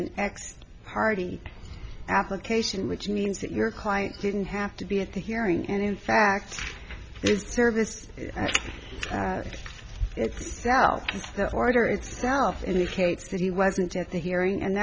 an ex hardy application which means that your client didn't have to be at the hearing and in fact it's service that itself that order itself indicates that he wasn't at the hearing and